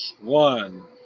one